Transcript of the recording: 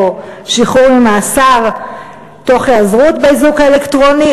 שחרור ממאסר תוך היעזרות באיזוק האלקטרוני,